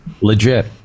legit